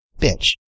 Bitch